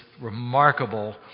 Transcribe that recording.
remarkable